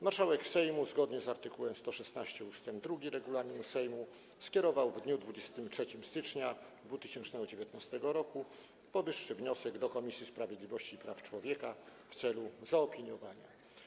Marszałek Sejmu, zgodnie z art. 116 ust. 2 regulaminu Sejmu, skierował w dniu 23 stycznia 2019 r. powyższy wniosek do Komisji Sprawiedliwości i Praw Człowieka w celu zaopiniowania.